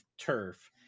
turf